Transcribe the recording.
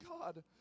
God